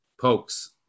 Pokes